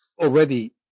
already